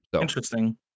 Interesting